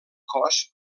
cos